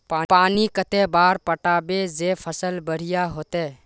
पानी कते बार पटाबे जे फसल बढ़िया होते?